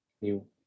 new